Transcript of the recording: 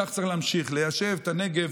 כך צריך להמשיך ליישב את הנגב,